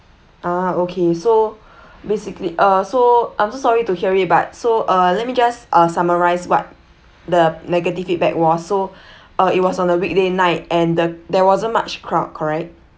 ah okay so basically uh so I'm sorry to hear it but so uh let me just uh summarize what the negative feedback was so uh it was on a weekday night and the there wasn't much crowd correct